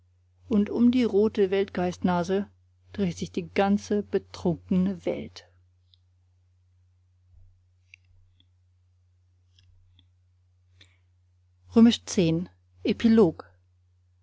und um die rote weltgeistnase dreht sich die ganze betrunkene welt x epilog